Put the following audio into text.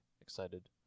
excited